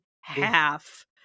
half